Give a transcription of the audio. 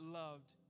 loved